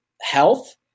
health